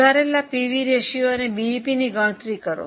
સુધારેલા PV ratio અને બીઇપીની ગણતરી કરો